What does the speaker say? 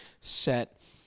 set